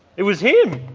it was him!